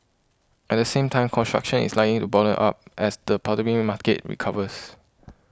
at the same time construction is lying to bottom up as the market recovers